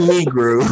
Negro